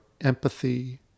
empathy